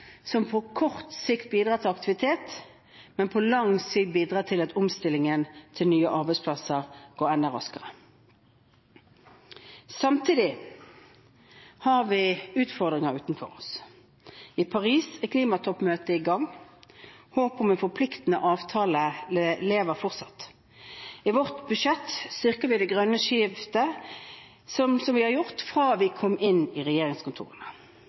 som på kort sikt bidrar til aktivitet, og på lang sikt bidrar til at omstillingen til nye arbeidsplasser går enda raskere. Samtidig har vi utfordringer utenfor oss. I Paris er klimatoppmøtet i gang. Håpet om en forpliktende avtale lever fortsatt. I vårt budsjett styrker vi det grønne skiftet, som vi har gjort fra vi kom inn i regjeringskontorene.